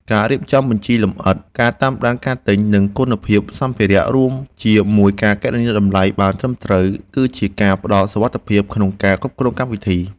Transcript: ការរៀបចំបញ្ជីលម្អិត ការតាមដានការទិញ និងគុណភាពសំភារៈ រួមជាមួយការគណនាតម្លៃបានត្រឹមត្រូវ គឺជាការផ្ដល់សុវត្ថិភាពក្នុងការគ្រប់គ្រងកម្មវិធី។